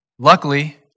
Luckily